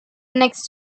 next